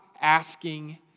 asking